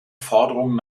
forderungen